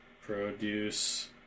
produce